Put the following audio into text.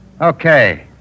Okay